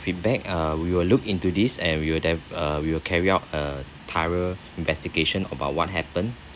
feedback uh we will look into this and we will def~ uh we will carry out a thorough investigation about what happened